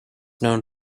known